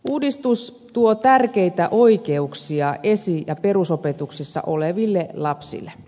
uudistus tuo tärkeitä oikeuksia esi ja perusopetuksessa oleville lapsille